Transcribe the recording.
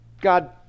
God